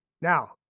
Now